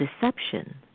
deception